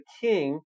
king